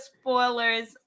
spoilers